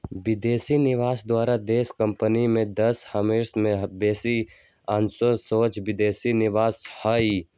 विदेशी निवेशक द्वारा देशी कंपनी में दस हिस् से बेशी अंश सोझे विदेशी निवेश हइ